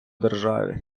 державі